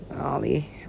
ollie